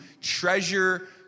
treasure